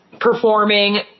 performing